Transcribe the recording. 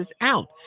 out